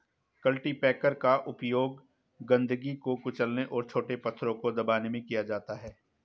cultipacker का उपयोग गंदगी को कुचलने और छोटे पत्थरों को दबाने में किया जाता है